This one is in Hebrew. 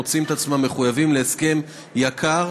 מוצאים את עצמם מחויבים להסכם יקר,